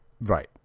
right